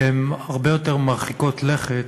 שהן הרבה יותר מרחיקות לכת,